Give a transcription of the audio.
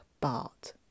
Bart